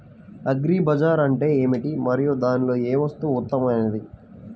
Agri bazaar అంటే ఏమిటి మరియు దానిలో ఏ వస్తువు ఉత్తమమైనది?